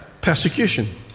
persecution